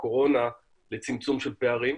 הקורונה לצמצום של פערים.